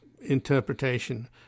interpretation